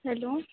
hello